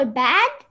bad